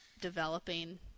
developing